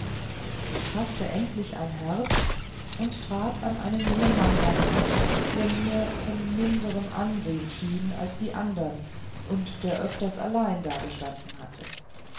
ich faßte endlich ein herz und trat an einen jungen mann heran der mir von minderem ansehen schien als die andern und der öfter allein gestanden hatte